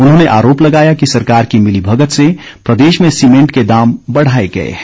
उन्होंने आरोप लगाया कि सरकार की मिलीभगत से प्रदेश में सीमेंट के दाम बढ़ाए गए हैं